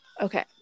Okay